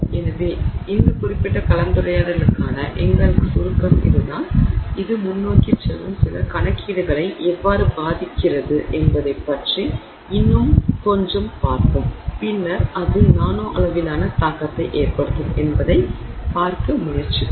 எனவே இந்த குறிப்பிட்ட கலந்துரையாடலுக்கான எங்கள் சுருக்கம் இதுதான் இது முன்னோக்கி செல்லும் சில கணக்கீடுகளை எவ்வாறு பாதிக்கிறது என்பதைப் பற்றி இன்னும் கொஞ்சம் பார்ப்போம் பின்னர் அது நானோ அளவிலான தாக்கத்தை ஏற்படுத்தும் என்பதைப் பார்க்க முயற்சிப்போம்